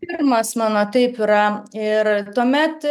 pirmas mano taip yra ir tuomet